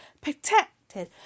protected